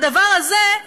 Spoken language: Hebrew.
הדבר הזה,